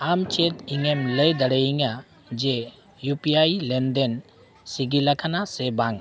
ᱟᱢ ᱪᱮᱫ ᱤᱧᱮᱢ ᱞᱟᱹᱭ ᱫᱟᱲᱮᱭᱟᱹᱧᱟ ᱡᱮ ᱤᱭᱩ ᱯᱤ ᱟᱭ ᱞᱮᱱᱫᱮᱱ ᱥᱤᱜᱤᱞ ᱟᱠᱟᱱᱟ ᱥᱮ ᱵᱟᱝ